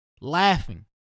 laughing